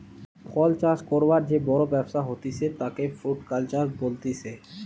ফল চাষ করবার যে বড় ব্যবসা হতিছে তাকে ফ্রুটিকালচার বলতিছে